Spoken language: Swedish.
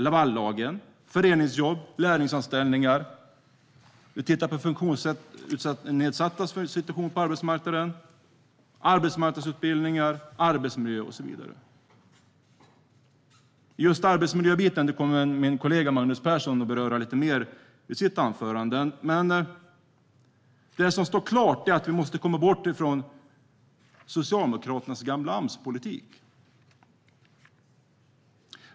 Lavallagen, föreningsjobb, lärlingsanställningar, funktionsnedsattas situation på arbetsmarknaden, arbetsmarknadsutbildningar, arbetsmiljö och så vidare. Just arbetsmiljön kommer min kollega Magnus Persson att beröra lite mer i sitt anförande. Det som står klart är att vi måste komma bort från Socialdemokraternas gamla Ams-politik.